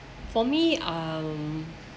for me um